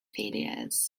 failures